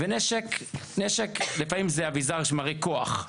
ונשק לפעמים זה אביזר שמראה כוח,